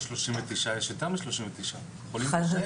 יש יותר מ-39 חולים קשים.